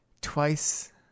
twice